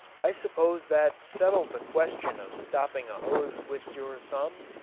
i suppose that settled the question of stopping a hose with your thumb?